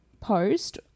post